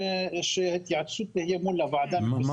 כדאי להגדיר בחוק מה כן ומה לא.